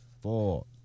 four